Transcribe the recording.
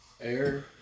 Air